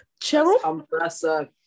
Cheryl